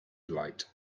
light